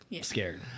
scared